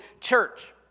church